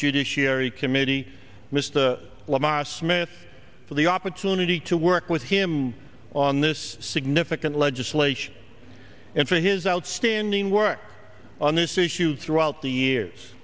judiciary committee mr lemmas smith for the opportunity to work with him on this significant legislation and for his outstanding work on this issue throughout the years